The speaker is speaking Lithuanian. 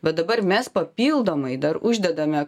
bet dabar mes papildomai dar uždedame